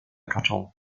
gattung